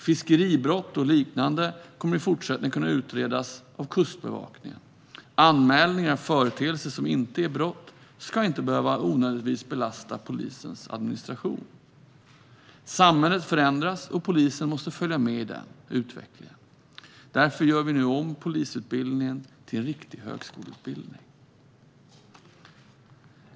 Fiskeribrott och liknande kommer i fortsättningen att kunna utredas av Kustbevakningen. Anmälningar av företeelser som inte är brott ska inte behöva belasta polisens administration i onödan. Samhället förändras, och polisen måste följa med i den utvecklingen. Därför gör vi nu om polisutbildningen till en riktig högskoleutbildning.